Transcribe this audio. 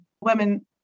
women